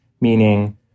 meaning